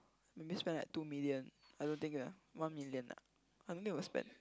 maybe spend like two million I don't think ah one million ah I don't think will spend